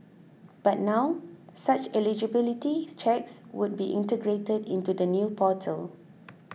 but now such eligibility checks would be integrated into the new portal